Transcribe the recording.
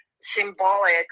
symbolic